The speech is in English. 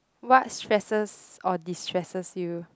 what stresses or destresses you